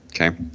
Okay